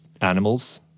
animals